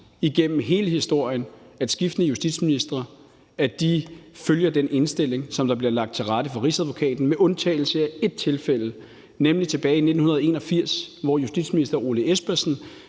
igennem hele historien, at skiftende justitsministre følger den indstilling, som bliver lagt til rette for Rigsadvokaten, med undtagelse af ét tilfælde, nemlig tilbage i 1981, hvor justitsminister Ole Espersen